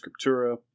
scriptura